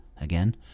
Again